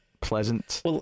pleasant